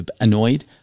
annoyed